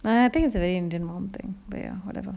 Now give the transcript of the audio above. I think it's a very indian mom thing ya whatever